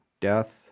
death